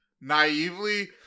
naively